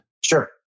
Sure